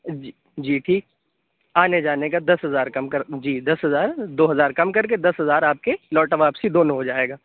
جی جی ٹھیک آنے جانے کا دس ہزار کم کر جی دس ہزار دو ہزار کم کر کے دس ہزار آپ کے لوٹا واپسی دونوں ہو جائے گا